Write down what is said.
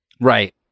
Right